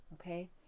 Okay